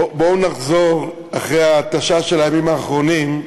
בואו נחזור, אחרי ההתשה של הימים האחרונים,